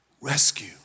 rescue